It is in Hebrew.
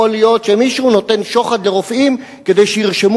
יכול להיות שמישהו נותן שוחד לרופאים כדי שירשמו